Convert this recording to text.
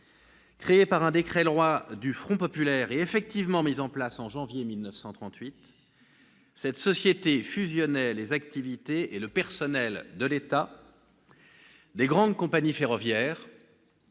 Créée par un décret-loi du Front populaire et effectivement mise en place en janvier 1938, cette société fusionnait les activités et le personnel de l'État, les grandes compagnies ferroviaires